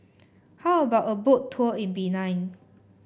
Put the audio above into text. how about a Boat Tour in Benin